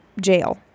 jail